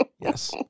yes